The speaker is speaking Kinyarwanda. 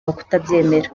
kutabyemera